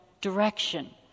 direction